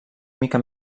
mica